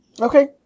Okay